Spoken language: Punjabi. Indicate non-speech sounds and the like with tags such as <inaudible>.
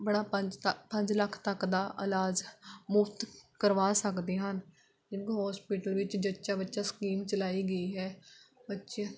ਆਪਣਾ ਪੰਜ <unintelligible> ਪੰਜ ਲੱਖ ਤੱਕ ਦਾ ਇਲਾਜ ਮੁਫਤ ਕਰਵਾ ਸਕਦੇ ਹਨ <unintelligible> ਹੋਸਪਿਟਲ ਵਿੱਚ ਜੱਚਾ ਬੱਚਾ ਸਕੀਮ ਚਲਾਈ ਗਈ ਹੈ ਬੱਚੇ